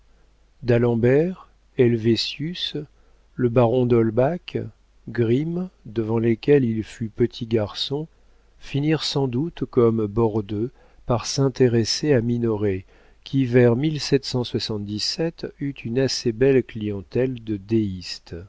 d'alembert helvétius le baron d'holbach grimm devant lesquels il fut petit garçon finirent sans doute comme bordeu par s'intéresser à minoret qui vers eut une assez belle clientèle de